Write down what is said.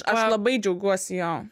aš labai džiaugiuosi jo